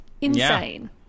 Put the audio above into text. insane